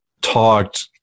talked